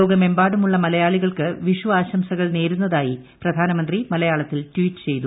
ലോകമെമ്പാടുമുള്ള മലയാളികൾക്ക് വിഷു ആശംസകൾ നേരുന്നതായി പ്രധാനമന്ത്രി മലയാളത്തിൽ ട്വീറ്റ് ചെയ്തു